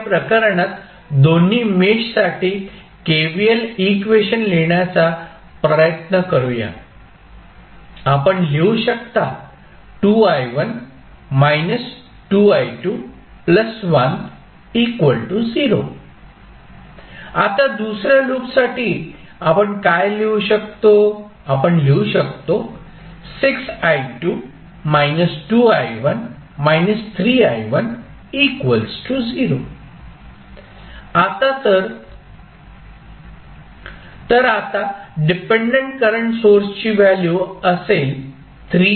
तर या प्रकरणात दोन्ही मेशसाठी KVL इक्वेशन लिहिण्याचा प्रयत्न करूया आपण लिहू शकता आता दुसऱ्या लूपसाठी आपण काय लिहू शकतो आपण लिहू शकतो तर आता डिपेंडंट करंट सोर्सची व्हॅल्यू असेल